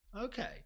Okay